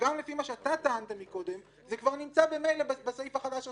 גם לפי מה שאתה טענת קודם זה כבר נמצא ממילא בסעיף החדש שהוספנו,